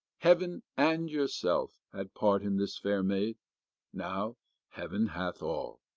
heaven and yourself had part in this fair maid now heaven hath all,